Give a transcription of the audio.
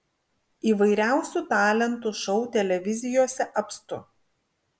įvairiausių talentų šou televizijose apstu